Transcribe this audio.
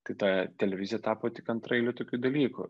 tai ta televizija tapo tik antraeiliu tokiu dalyku